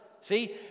See